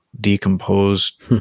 decomposed